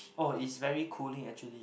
oh it's very cooling actually